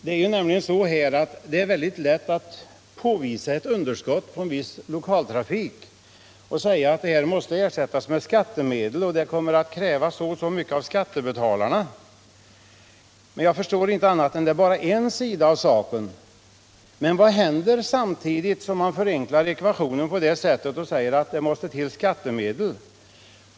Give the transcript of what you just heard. Det är nämligen mycket lätt att påvisa att det föreligger ett underskott på viss lokaltrafik och säga att detta måste ersättas med skattemedel. Men det är bara en sida av saken. Vad händer om man förenklar ekvationen på detta sätt?